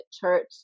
church